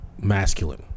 masculine